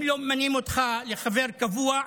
אם לא ממנים אותך לחבר קבוע,